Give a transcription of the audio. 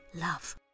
love